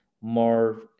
more